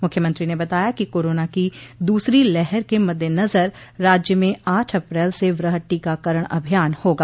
मुख्यमंत्री ने बताया कि कोरोना की दूसरो लहर के मद्देनजर राज्य में आठ अप्रैल से वृहद टीकाकरण अभियान होगा